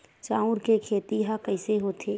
चांउर के खेती ह कइसे होथे?